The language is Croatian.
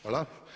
Hvala.